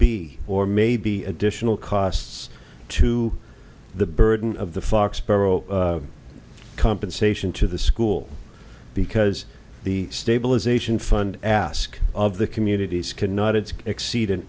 be or may be additional costs to the burden of the foxboro compensation to the school because the stabilization fund ask of the communities cannot it's exceeded